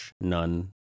none